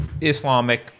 Islamic